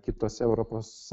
kitose europos